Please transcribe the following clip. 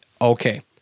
okay